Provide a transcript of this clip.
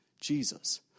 Jesus